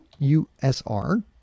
usr